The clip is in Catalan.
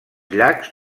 llacs